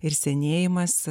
ir senėjimas